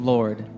Lord